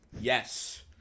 Yes